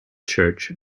church